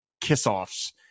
kiss-offs